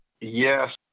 yes